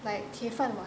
like 铁饭碗